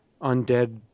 Undead